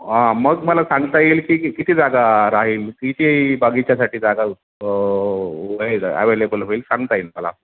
हां मग मला सांगता येईल की किती जागा राहील किती बागीच्यासाठी जागा अवेलेबल होईल सांगता येईल मला